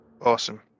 Awesome